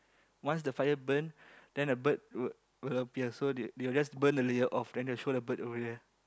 once the fire burn then the bird will will appear so they they will just burn the layer off then they'll show the bird over there